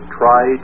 try